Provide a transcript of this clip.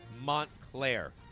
Montclair